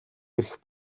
эрх